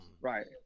Right